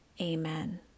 amen